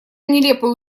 нелепые